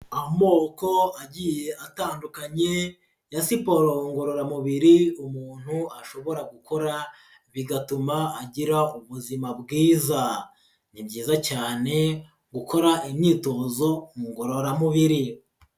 Amoko agiye atandukanye ya siporo ngororamubiri umuntu ashobora gukora, bigatuma agira ubuzima bwiza, ni byiza cyane gukora imyitozo ngororamubiri.